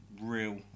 real